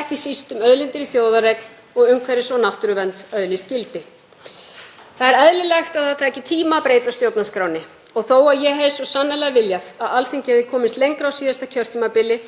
ekki síst um auðlindir í þjóðareign og umhverfis- og náttúruvernd, öðlist gildi. Það er eðlilegt að það taki tíma að breyta stjórnarskránni og þó að ég hefði svo sannarlega viljað að Alþingi hefði komist lengra á síðasta kjörtímabili